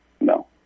No